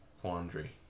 quandary